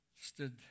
stood